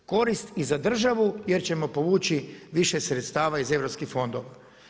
Korist i za državu jer ćemo povući više sredstava iz europskih fondova.